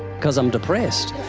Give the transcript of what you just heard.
because i'm depressed.